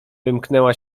wymknęła